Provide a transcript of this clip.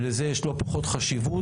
לזה יש לא פחות חשיבות,